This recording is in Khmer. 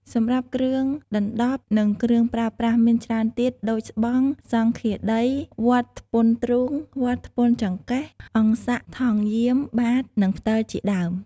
សម្រាប់គ្រឿងដណ្ដប់និងគ្រឿងប្រើប្រាស់មានច្រើនទៀតដូចស្បង់ សង្ឃាដី វត្ថពន្ធទ្រូង វត្ថពន្ធចង្កេះ អង្ស័ក ថង់យាម បាត្រ និងផ្តិលជាដើម។